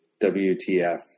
WTF